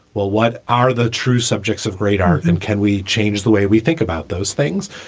well, what are the true subjects of great art and can we change the way we think about those things?